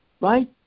Right